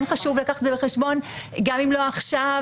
כן חשוב לקחת את זה בחשבון גם אם לא עכשיו,